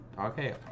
Okay